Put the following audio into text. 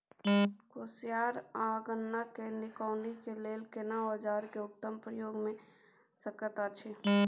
कोसयार आ गन्ना के निकौनी के लेल केना औजार के उत्तम प्रयोग भ सकेत अछि?